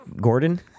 Gordon